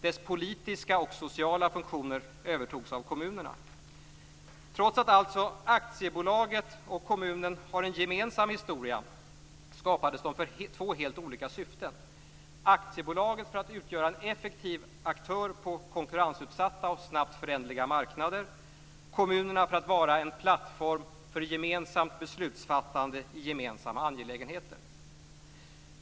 Dess politiska och sociala funktioner övertogs av kommunerna. Trots att aktiebolaget och kommunen har en gemensam historia, skapades de för två helt olika syften. Aktiebolaget skapades för att utgöra en effektiv aktör på konkurrensutsatta och snabbt föränderliga marknader. Kommunerna skapades för att vara en plattform för gemensamt beslutsfattande i gemensamma angelägenheter.